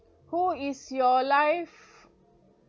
who is your life